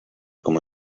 como